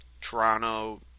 Toronto